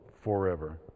forever